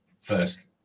first